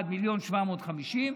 עד 1.75 מיליון,